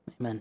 Amen